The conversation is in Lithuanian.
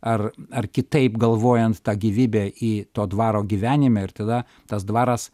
ar ar kitaip galvojant tą gyvybę į to dvaro gyvenime ir tada tas dvaras